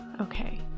Okay